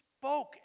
spoke